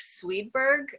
Swedberg